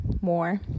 more